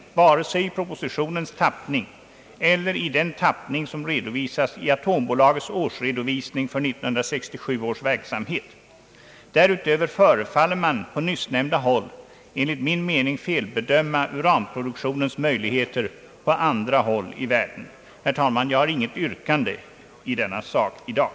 rättsvården vare sig i propositionens tappning eller i den tappning, som redovisas i atombolagets årsredovisning för 1967 års verksamhet. Därutöver förefaller man på nyssnämnda håll enligt min mening felbedöma uranproduktionens möjligheter på andra håll i världen. Herr talman! Jag har inte något yrkande i denna fråga i dag.